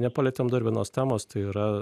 nepalietėm dar vienos temos tai yra